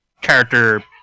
character